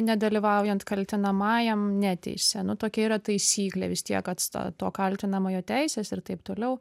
nedalyvaujant kaltinamajam neteisia nu tokia yra taisyklė vis tiek atstato kaltinamojo teises ir taip toliau